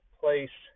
place